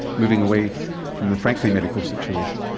moving away from the frankly medical situation.